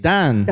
Dan